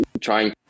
Trying